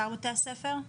בשאר בתי הספר?